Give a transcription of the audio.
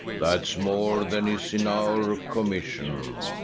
that's more than is in our commission.